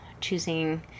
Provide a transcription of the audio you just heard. choosing